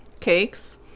cakes